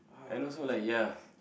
and also like ya